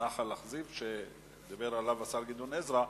נחל כזיב, שדיבר עליו השר גדעון עזרא.